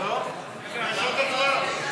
יש עוד הצבעה.